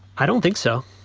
i don't think so.